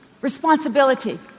responsibility